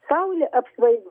saulė apsvaigo